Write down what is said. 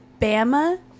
Bama